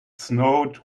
snowed